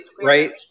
right